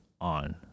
on